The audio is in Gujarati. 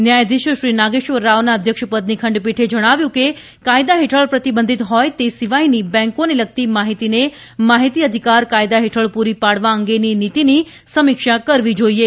ન્યાયાધીશશ્રી નાગેશ્વર રાવના અધ્યક્ષપદની ખંડપીઠે જણાવ્યું કે કાયદા હેઠળ પ્રતિબંધિત હોય તે સિવાયની બેન્કોને લગતી માહિતીને માહિતી અધિકાર કાયદા હેઠળ પૂરી પાડવા અંગેની નીતિની સમીક્ષા કરવી જાઇએ